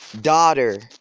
daughter